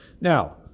Now